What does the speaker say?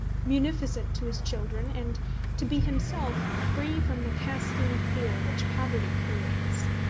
munificent to his children, and to be himself free from the carking fear which poverty creates?